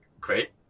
Great